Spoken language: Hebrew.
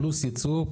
פלוס ייצוא,